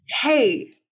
hey